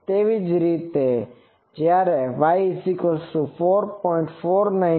તેવી જ રીતે જ્યારે Y4